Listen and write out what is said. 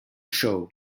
show